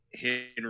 Henry